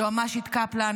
יועמ"שית קפלן,